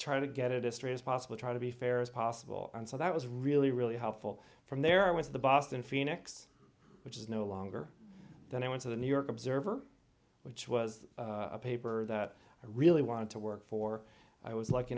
try to get it history as possible try to be fair as possible and so that was really really helpful from there was the boston phoenix which is no longer then i went to the new york observer which was a paper that i really wanted to work for i was lucky